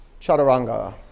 Chaturanga